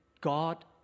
God